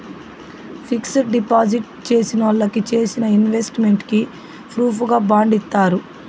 fixed deposit చేసినోళ్ళకి చేసిన investment కి ప్రూఫుగా బాండ్ ఇత్తారు